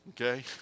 okay